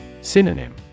Synonym